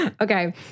Okay